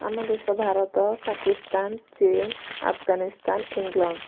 ଆମ ଦେଶ ଭାରତ ପାକିସ୍ତାନ ଚୀନ ଆଫଗାନିସ୍ତାନ ଇଂଲଣ୍ଡ